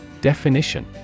definition